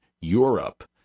Europe